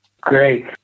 Great